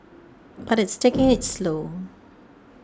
but it's taking it slow